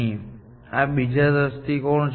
પરંતુ આ બીજો દૃષ્ટિકોણ છે